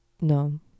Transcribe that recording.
No